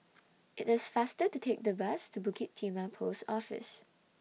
IT IS faster to Take The Bus to Bukit Timah Post Office